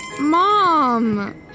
Mom